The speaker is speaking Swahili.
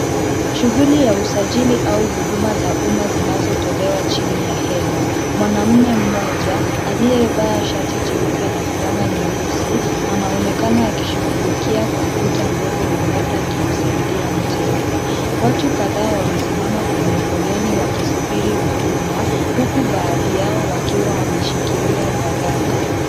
Shughuli ya usajili au huduma za umma zinazotolewa chini ya hema. Mwanaume mmoja aliyevaa shati jeupe na fulana nyeusi anaonekana akishughulikia kompyuta ndogo na labda akimsaidia mteja. Watu kadhaa wamesimama kwenye foleni wakisubiri huduma huku baadhi yao wakiwa wameshikilia nyaraka.